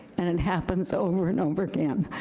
and it happens over and over again.